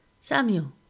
Samuel